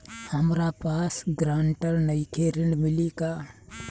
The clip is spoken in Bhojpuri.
हमरा पास ग्रांटर नईखे ऋण मिली का?